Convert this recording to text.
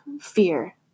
fear